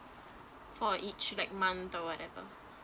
for each like month or whatever